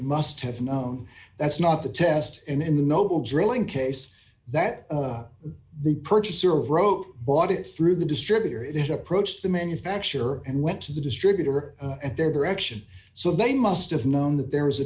must have known that's not the test and in the noble drilling case that the purchaser of wrote bought it through the distributor it approached the manufacturer and went to the distributor at their direction so they must have known that there was a